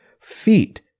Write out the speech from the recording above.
feet